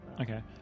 Okay